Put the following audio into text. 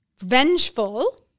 vengeful